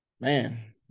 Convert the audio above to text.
man